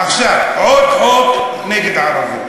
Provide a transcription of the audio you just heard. עוד חוק נגד ערבים.